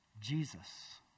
Jesus